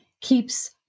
keeps